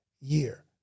year